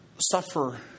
suffer